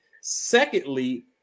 Secondly